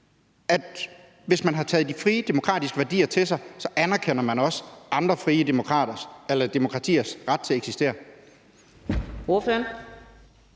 at hvis man har taget de frie, demokratiske værdier til sig, anerkender man også andre frie, demokratiers ret til at eksistere?